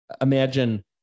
imagine